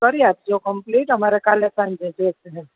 કરી આપજો કમ્પ્લીટ અમારે કાલ સાંજે જોઈશે